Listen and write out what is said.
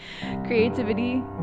creativity